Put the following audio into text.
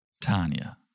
Tanya